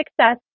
success